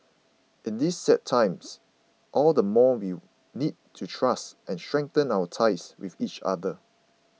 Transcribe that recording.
in these sad times all the more we'll need to trust and strengthen our ties with each other